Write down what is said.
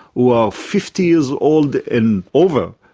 who are fifty years old and over,